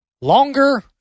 longer